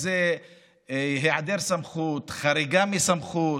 זה היעדר סמכות, חריגה מסמכות,